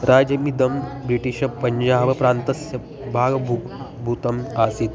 राज्यमिदं British Punjab प्रान्तस्य भागभुक् भूतम् आसीत्